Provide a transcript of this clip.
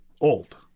Old